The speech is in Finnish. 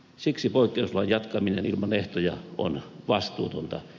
siksi poikkeuslain jatkaminen ilman ehtoja on vastuutonta